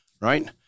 right